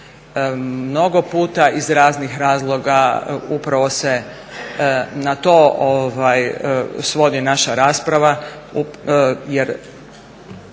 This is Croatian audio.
Mnogo puta iz raznih razloga upravo se na to svodi naša rasprava jer